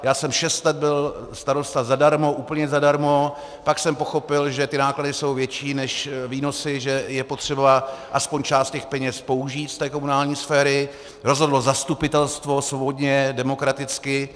Já jsem šest let byl starosta zadarmo, úplně zadarmo, pak jsem pochopil, že náklady jsou větší než výnosy, že je potřeba aspoň část těch peněz použít z té komunální sféry, rozhodlo zastupitelstvo, svobodně, demokraticky.